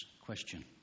question